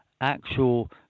actual